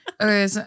Okay